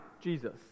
Jesus